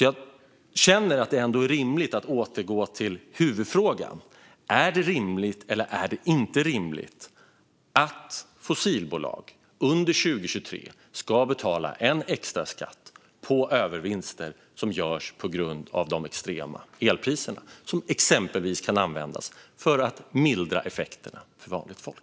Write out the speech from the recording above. Jag känner att det ändå är rimligt att återgå till huvudfrågan: Är det rimligt eller är det inte rimligt att fossilbolag under 2023 ska betala en extra skatt på övervinster som görs på grund av de extrema elpriserna, som exempelvis kan användas för att mildra effekterna för vanligt folk?